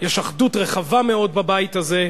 יש אחדות רחבה מאוד בבית הזה.